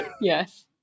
Yes